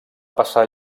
passar